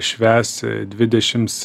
švęs dvidešims